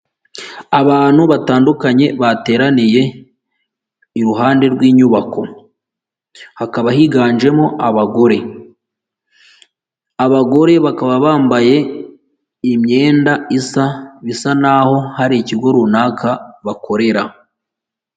Abantu batandukanye bateraniye iruhande rw'inyubako hakaba higanjemo abagore bakaba bambaye imyenda isa bisa nkaho hari ikigo runaka bakorera